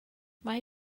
mae